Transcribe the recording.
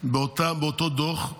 באותו דוח,